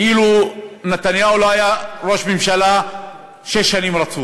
כאילו נתניהו לא היה ראש ממשלה שש שנים רצופות,